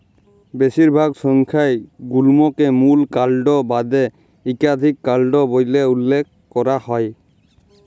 বেশিরভাগ সংখ্যায় গুল্মকে মূল কাল্ড বাদে ইকাধিক কাল্ড ব্যইলে উল্লেখ ক্যরা হ্যয়